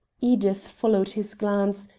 edith followed his glance,